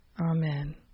Amen